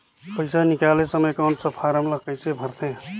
पइसा निकाले समय कौन सा फारम ला कइसे भरते?